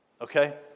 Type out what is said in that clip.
Okay